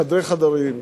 בחדרי חדרים,